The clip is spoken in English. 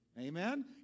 Amen